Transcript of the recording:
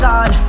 God